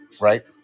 right